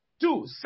Two